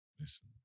Listen